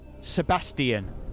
Sebastian